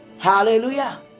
Hallelujah